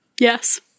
Yes